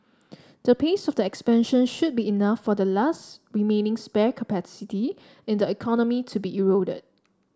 the pace of the expansion should be enough for the last remaining spare capacity in the economy to be eroded